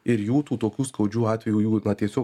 ir jų tų tokių skaudžių atvejų jų na tiesiog